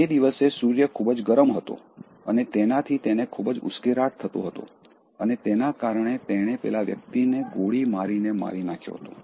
તે દિવસે સૂર્ય ખૂબ જ ગરમ હતો અને તેનાથી તેને ખૂબ જ ઉશ્કેરાટ થતો હતો અને તેના કારણે તેણે પેલા વ્યક્તિને ગોળી મારીને મારી નાખ્યો હતો